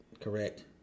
correct